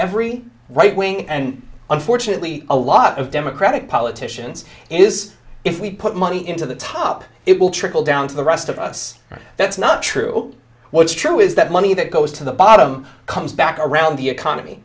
every right wing and unfortunately a lot of democratic politicians is if we put money into the top it will trickle down to the rest of us that's not true what's true is that money that goes to the bottom comes back around the economy